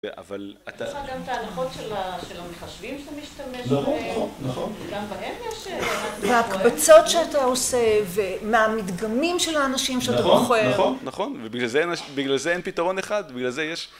אבל אתה. יש לך גם את ההנחות של המחשבים שאתה משתמש. נכון נכון. גם בהם יש. והקבצות שאתה עושה מהמדגמים של האנשים שאתה מוכר. נכון נכון ובגלל זה אין פתרון אחד ובגלל זה יש